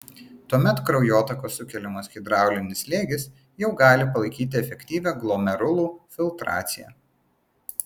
tuomet kraujotakos sukeliamas hidraulinis slėgis jau gali palaikyti efektyvią glomerulų filtraciją